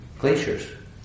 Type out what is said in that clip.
Glaciers